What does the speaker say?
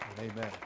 Amen